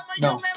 No